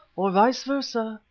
or vice versa,